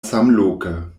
samloke